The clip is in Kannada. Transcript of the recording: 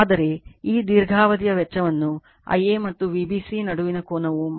ಆದರೆ ಈ ದೀರ್ಘಾವಧಿಯ ವೆಚ್ಚವನ್ನು Ia ಮತ್ತು Vbc ನಡುವಿನ ಕೋನವು 90 o ಎಂದು ಹೇಳಿದೆ